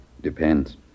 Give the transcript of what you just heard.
Depends